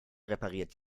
repariert